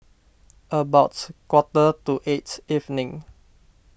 about quarter to eight evening